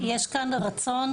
ואף אחד לא יוצא מזה נשכר,